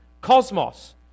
cosmos